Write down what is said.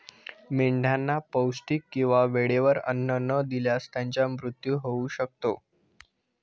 मेंढ्यांना पौष्टिक किंवा वेळेवर अन्न न दिल्यास त्यांचा मृत्यू होऊ शकतो